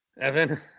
evan